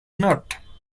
not